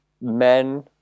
men